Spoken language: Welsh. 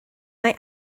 mae